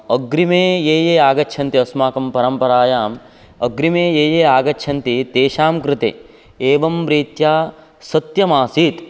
अग्रिमे ये ये आगच्छन्ति अस्माकं परम्परायाम् अग्रिमे ये ये आगच्छन्ति तेषां कृते एवं रीत्या सत्यमासीत्